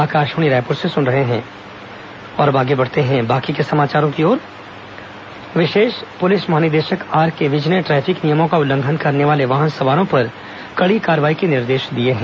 are K Vij बैठक विशेष police महानिदेशक आरके विज ने ट्रैफिक नियमों का उल्लंघन करने वाले वाहन सवारों पर कड़ी कार्रवाई के निर्देश दिए हैं